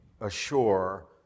ashore